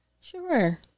Sure